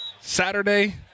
Saturday